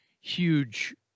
huge